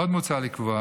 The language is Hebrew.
עוד מוצע לקבוע